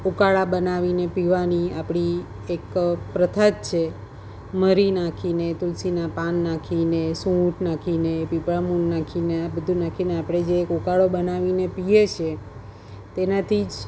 ઉકાળા બનાવીને પીવાની આપણી એક પ્રથા જ છે મરી નાખીને તુલસીના પાંદ નાખીને સૂંઠ નાખીને પીપળા મૂળ નાખીને આ બધું નાખીને આપણે જે એક ઉકાળો બનાવીને પીએ છીએ તેનાથી જ